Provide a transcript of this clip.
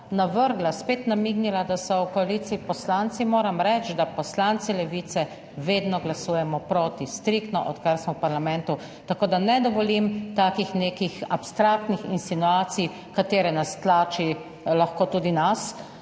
navrgla, spet namignila, da so v koaliciji poslanci, moram reči, da poslanci Levice vedno glasujemo proti. Striktno, odkar smo v parlamentu, tako da ne dovolim nekih abstraktnih insinuacij, v katere nas tlači, lahko tudi nas.